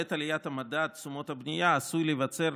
בעת עליית מדד תשומות הבנייה עשוי להיווצר